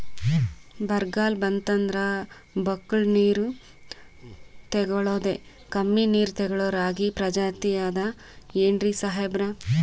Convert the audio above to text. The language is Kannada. ಬರ್ಗಾಲ್ ಬಂತಂದ್ರ ಬಕ್ಕುಳ ನೀರ್ ತೆಗಳೋದೆ, ಕಮ್ಮಿ ನೀರ್ ತೆಗಳೋ ರಾಗಿ ಪ್ರಜಾತಿ ಆದ್ ಏನ್ರಿ ಸಾಹೇಬ್ರ?